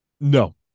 No